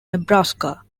nebraska